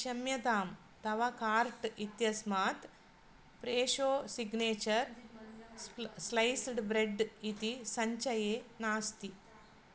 क्षम्यताम् तव कार्ट इत्यस्मात् फ़ेशो शिग्नेचर स्प्ल स्लैस्ड् ब्रेड् इति सञ्चये नास्ति